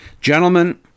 gentlemen